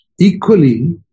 Equally